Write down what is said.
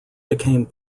became